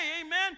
amen